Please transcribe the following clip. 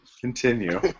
Continue